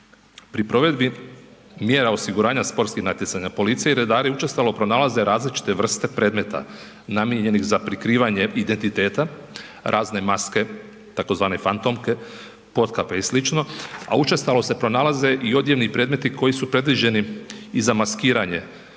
Pri provedbi mjera osiguranja sportskih natjecanja policija i redari učestalo pronalaze različite vrste predmeta namijenjenih za prikrivanje identiteta, razne maske tzv. fantomke, potkape i sl., a učestalo se pronalaze i odjevni predmeti koji su predviđeni i za maskiranje